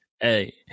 Hey